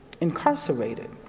incarcerated